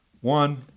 One